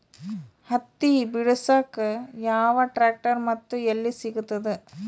ಹತ್ತಿ ಬಿಡಸಕ್ ಯಾವ ಟ್ರ್ಯಾಕ್ಟರ್ ಮತ್ತು ಎಲ್ಲಿ ಸಿಗತದ?